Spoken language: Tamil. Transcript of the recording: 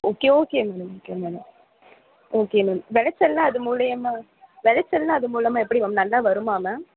okay okay ma'am okay ma'am okay ma'am விளச்சல்லாம் அது மூலிமா விளச்சல்லாம் அது மூலிமாக எப்படி மேம் நல்லா வருமா மேம்